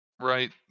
right